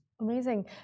Amazing